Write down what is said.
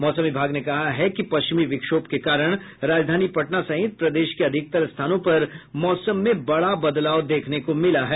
मौसम विभाग ने कहा है कि पश्चिम विक्षोभ के कारण राजधानी पटना सहित प्रदेश के अधिकतर स्थानों पर मौसम में बड़ा बदलाव देखने को मिला है